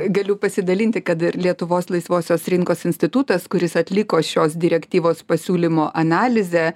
galiu pasidalinti kad ir lietuvos laisvosios rinkos institutas kuris atliko šios direktyvos pasiūlymo analizę